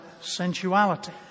sensuality